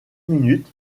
minute